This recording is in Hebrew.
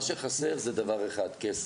מה שחסר זה דבר אחד, כסף.